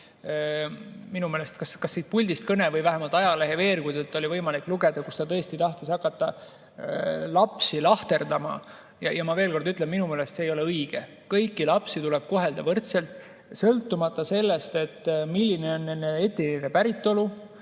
pidas kas siit puldist kõne või vähemalt ajaleheveergudelt oli võimalik lugeda, et ta tõesti tahtis hakata lapsi lahterdama. Ja ma veel kord ütlen, et minu meelest see ei ole õige. Kõiki lapsi tuleb kohelda võrdselt, sõltumata sellest, milline on nende etniline päritolu.